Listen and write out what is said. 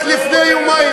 נו,